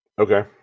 Okay